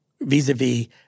vis-a-vis